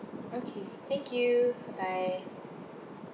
okay thank you bye bye